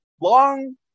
long